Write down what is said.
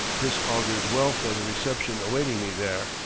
this augurs well for the reception awaiting me there,